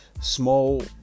small